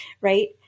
right